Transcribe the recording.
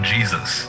Jesus